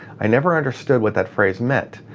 i never understood what that phrase meant.